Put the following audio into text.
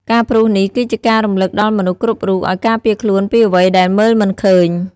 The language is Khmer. ការព្រុសនេះគឺជាការរំឭកដល់មនុស្សគ្រប់រូបឱ្យការពារខ្លួនពីអ្វីដែលមើលមិនឃើញ។